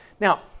Now